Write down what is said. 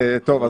טוב.